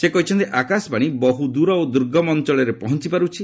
ସେ କହିଛନ୍ତି ଆକାଶବାଣୀ ବହୁ ଦୂର ଓ ଦୁର୍ଗମ ଅଞ୍ଚଳରେ ପହଞ୍ଚି ପାରୁଛି